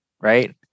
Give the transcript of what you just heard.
right